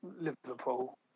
Liverpool